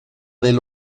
del